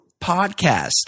Podcast